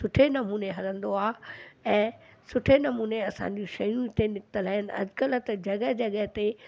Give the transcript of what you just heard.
सुठे नमूने हलंदो आहे ऐं सुठे नमूने असांजी शयूं ते निकतल आहिनि अॼुकल्ह जॻह जॻह ते